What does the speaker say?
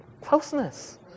closeness